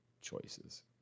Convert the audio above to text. choices